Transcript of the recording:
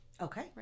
Okay